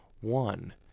one